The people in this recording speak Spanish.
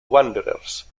wanderers